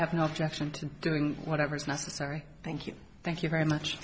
have no objection to doing whatever is necessary thank you thank you very much